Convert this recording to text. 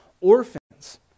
orphans